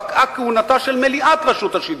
פקעה כהונתה של מליאת רשות השידור.